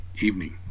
evening